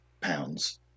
pounds